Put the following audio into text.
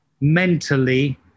mentally